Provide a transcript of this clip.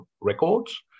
Records